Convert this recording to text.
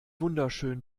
wunderschön